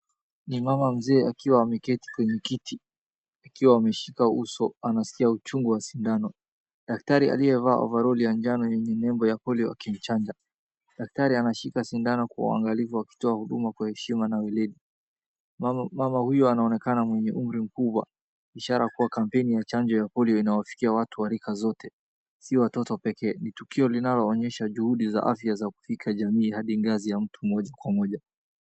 Ni mama mzee akiwa ameketi kwenye kiti akiwa ameshika uso anasikia uchungu wa sindano. Dakitari aliyevaa ovaroli ya njano yenye lebo ya polio akimchanja. Dakitari anashika sindano kwa uangalifu akitoa huduma kwa heshima na weledi. Mama huyo anaonekana nwenye umri mkubwa ishara kuwa kampeni ya chanjo ya pilio inawafikia watu wa rika zote sio watoto pekee. Ni tukio linaloonyesha juhudi za afya za kufika jamii hadi ngazi ya mtu mmoja kwa mmoja.